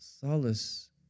solace